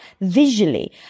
visually